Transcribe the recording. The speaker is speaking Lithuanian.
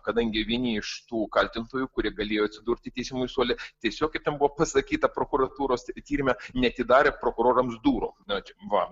kadangi vieni iš tų kaltintojų kurie galėjo atsidurti teisiamųjų suole tiesiog kaip ten buvo pasakyta prokuratūros tyrime neatidarė prokurorams durų na va